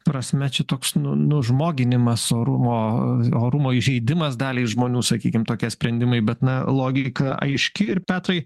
prasme čia toks nu nužmoginimas orumo orumo įžeidimas daliai žmonių sakykim tokie sprendimai bet na logika aiški ir petrai